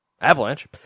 Avalanche